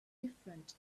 different